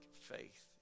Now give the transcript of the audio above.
faith